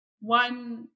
One